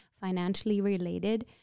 financially-related